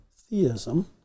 theism